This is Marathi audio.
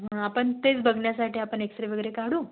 आपण तेच बघण्यासाठी आपण एक्सरे वगैरे काढू